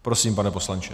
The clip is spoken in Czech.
Prosím, pane poslanče.